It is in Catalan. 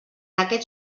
aquests